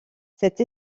cette